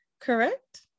Correct